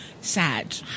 sad